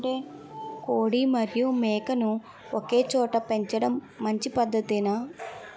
కోడి మరియు మేక ను ఒకేచోట పెంచడం మంచి పద్ధతేనా?